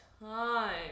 time